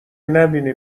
نبینی